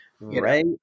Right